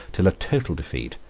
till a total defeat,